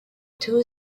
two